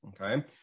okay